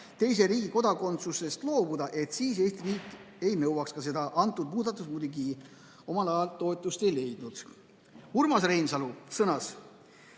teise riigi kodakondsusest loobuda, et siis Eesti riik ei nõuaks seda. See muudatus muidugi omal ajal toetust ei leidnud. Urmas Reinsalu sõnas,